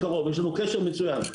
יש לנו קשר מצוין.